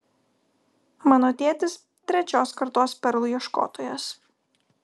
mano tėtis trečios kartos perlų ieškotojas